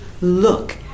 look